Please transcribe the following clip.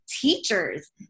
teachers